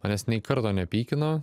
manes nei karto nepykino